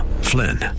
Flynn